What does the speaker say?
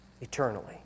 eternally